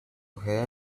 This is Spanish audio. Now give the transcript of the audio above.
ojeda